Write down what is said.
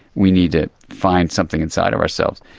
we need to find something inside of ourselves.